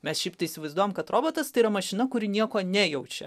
mes šaip tai įsivaizduojam kad robotas tai yra mašina kuri nieko nejaučiau